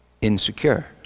insecure